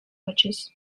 wishes